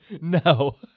No